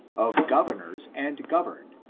of governors and governed,